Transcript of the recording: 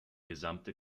gesamte